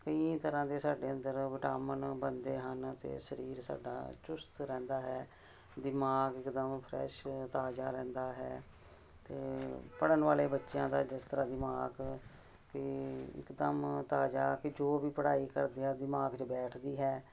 ਕਈ ਤਰ੍ਹਾਂ ਦੇ ਸਾਡੇ ਅੰਦਰ ਵਿਟਾਮਿਨ ਬਣਦੇ ਹਨ ਅਤੇ ਸਰੀਰ ਸਾਡਾ ਚੁਸਤ ਰਹਿੰਦਾ ਹੈ ਦਿਮਾਗ ਇਕਦਮ ਫਰੈਸ਼ ਤਾਜ਼ਾ ਰਹਿੰਦਾ ਹੈ ਅਤੇ ਪੜ੍ਹਨ ਵਾਲੇ ਬੱਚਿਆਂ ਦਾ ਜਿਸ ਤਰ੍ਹਾਂ ਦਿਮਾਗ ਕਿ ਇੱਕਦਮ ਤਾਜ਼ਾ ਕਿ ਜੋ ਵੀ ਪੜ੍ਹਾਈ ਕਰਦੇ ਆ ਦਿਮਾਗ 'ਚ ਬੈਠਦੀ ਹੈ